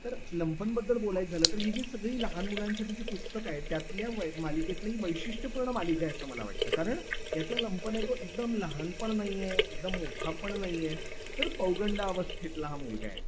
तर लंपनबद्दल बोलायचं झालं तर ही जी सगळी लहान मुलांसाठीची पुस्तकं आहे त्यातल्या वै मालिकेतली वैशिष्ट्यपूर्ण मालिका आहे असं मला वाटतं कारण यातला लंपन आहे तो एकदम लहान पण नाही आहे एकदम मोठा पण नाही आहे तर पौगंडावस्थेतला हा मुलगा आहे